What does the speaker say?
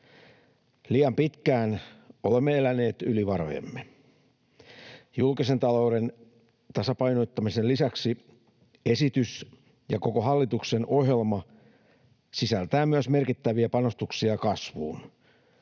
Liian pitkään olemme eläneet yli varojemme. Julkisen talouden tasapainottamisen lisäksi esitys ja koko hallituksen ohjelma sisältää myös merkittäviä panostuksia kasvuun.